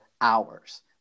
hours